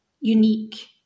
unique